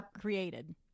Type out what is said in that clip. created